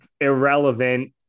irrelevant